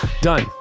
done